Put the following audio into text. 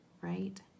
Right